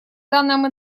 данном